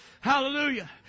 Hallelujah